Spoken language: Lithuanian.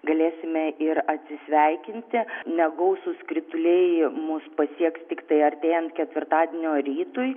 galėsime ir atsisveikinti negausūs krituliai mus pasieks tiktai artėjant ketvirtadienio rytui